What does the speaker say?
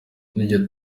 iryo